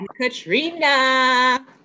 Katrina